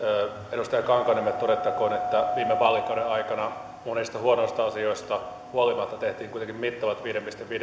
edustaja kankaanniemelle todettakoon että viime vaalikauden aikana monista huonoista asioista huolimatta tehtiin kuitenkin mittavat viiden pilkku viiden